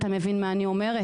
אתה מבין מה אני אומרת.